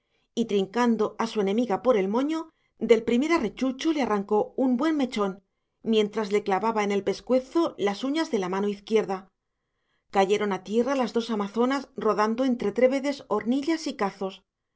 y trincando a su enemiga por el moño del primer arrechucho le arrancó un buen mechón mientras le clavaba en el pescuezo las uñas de la mano izquierda cayeron a tierra las dos amazonas rodando entre trébedes hornillas y cazos